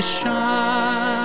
shine